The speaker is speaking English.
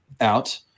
out